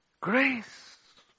Grace